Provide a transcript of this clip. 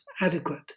adequate